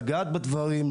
לגעת בדברים,